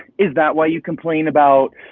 is that why you complain about